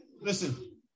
Listen